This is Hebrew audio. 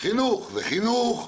חינוך זה חינוך.